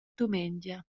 dumengia